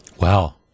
Wow